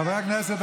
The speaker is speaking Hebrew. חברי הכנסת,